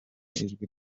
ijwi